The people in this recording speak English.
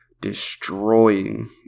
destroying